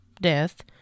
death